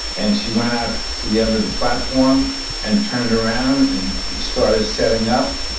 and she went out to the end of the platform and turned around and and started setting up,